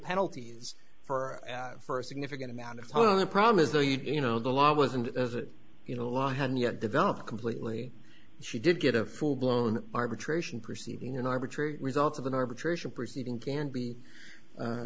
penalties for for a significant amount of time the problem is though you know the law wasn't as it you know the law hadn't yet developed completely she did get a full blown arbitration proceeding an arbitrary result of an arbitration proceeding can be